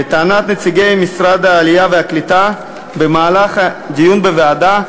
לטענת נציגי משרד העלייה והקליטה בדיון בוועדה,